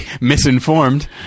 misinformed